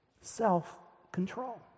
self-control